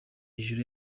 hejuru